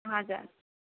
हजुर